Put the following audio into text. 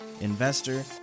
investor